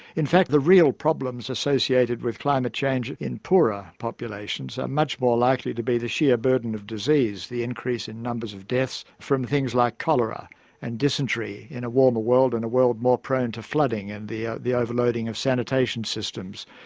in fact, the real problems associated with climate change in poorer populations are much more likely to be the sheer burden of disease, the increase in numbers of deaths from things like cholera and dysentery in a warmer world, in a world more prone to flooding, and the the overloading of sanitation systems.